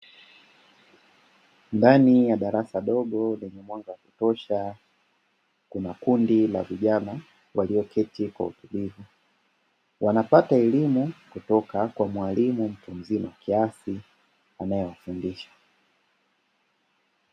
Ndani ya darasa dogo lenye mwanga wa kutosha, kuna kundi la vijana walioketi kwa utulivu. Wanapata elimu kutoka kwa mwalimu mtu mzima kiasi, anayewafundisha.